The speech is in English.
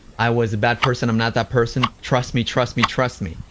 i was a bad person, i'm not that person. trust me, trust me, trust me,